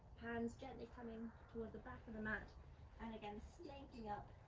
hands gently coming toward the back of the mat and again slinking up